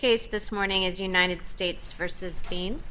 case this morning is united states versus